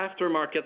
aftermarket